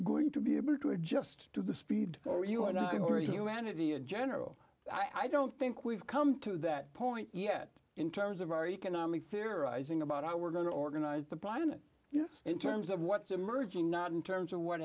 going to be able to adjust to the speed or you are not going to humanity in general i don't think we've come to that point yet in terms of our economic fear arising about ai we're going to organize the private yes in terms of what's emerging not in terms of what